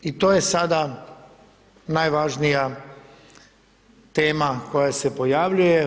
I to je sada najvažnija tema koja se pojavljuje.